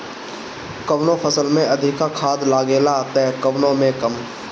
कवनो फसल में अधिका खाद लागेला त कवनो में कम